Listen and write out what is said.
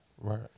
Right